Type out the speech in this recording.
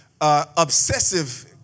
Obsessive